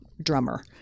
Drummer